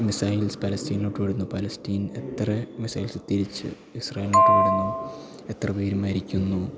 missiles പലസ്റ്റീനിലോട്ട് വിടുന്നു Palestine എത്ര മിസൈൽസ് തിരിച്ച് ഇസ്രേയ്ലോട്ട് വിടുന്നു എത്ര പേര് മരിക്കുന്നു